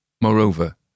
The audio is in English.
Moreover